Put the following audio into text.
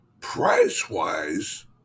price-wise